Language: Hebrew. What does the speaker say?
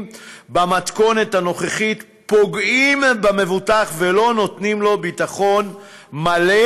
במתכונת הנוכחית פוגעים במבוטח ולא נותנים לו ביטחון מלא,